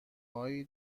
هایی